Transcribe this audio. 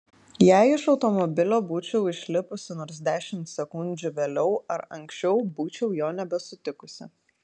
jei iš automobilio būčiau išlipusi nors dešimt sekundžių vėliau ar anksčiau būčiau jo nebesutikusi